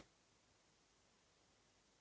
Hvala